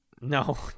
No